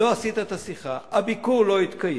לא עשית את השיחה, הביקור לא התקיים,